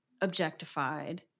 objectified